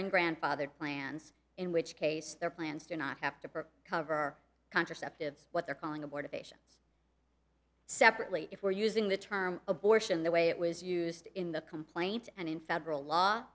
in grandfathered plans in which case their plans do not have to cover contraceptives what they're calling abortifacients separately if we're using the term abortion the way it was used in the complaint and in federal law